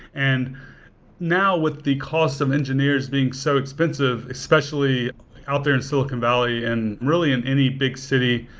and now, with the cost of engineers being so expensive especially out there in silicon valley and really in any big city,